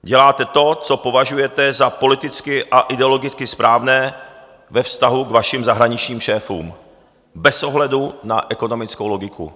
Děláte to, co považujete za politicky a ideologicky správné ve vztahu k vašim zahraničním šéfům bez ohledu na ekonomickou logiku.